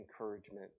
encouragement